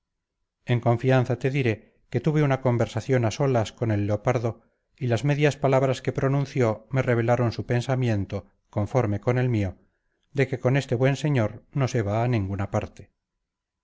en confianza te diré que tuve una conversación a solas con el leopardo y las medias palabras que pronunció me revelaron su pensamiento conforme con el mío de que con este buen señor no se va a ninguna parte